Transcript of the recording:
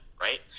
right